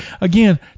Again